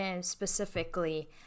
specifically